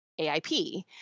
AIP